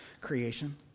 creation